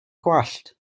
gwallt